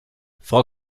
frau